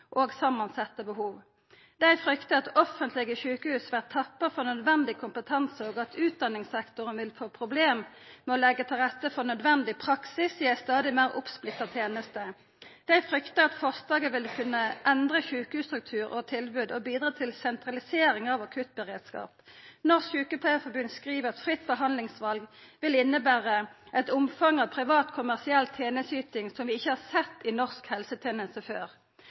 og samansette behov. Dei fryktar at offentlege sjukehus vert tappa for naudsynt kompetanse, og at utdanningssektoren vil få problem med å leggja til rette for nødvendig praksis i ei stadig meir oppsplitta teneste. Dei fryktar at forslaget vil kunna endra sjukehusstruktur og -tilbod og bidra til sentralisering av akuttberedskap. Norsk Sykepleierforbund skriv at fritt behandlingsval vil inneberae eit omfang av privat kommersiell tenesteyting som ein ikkje har sett i norsk helseteneste før.